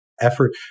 effort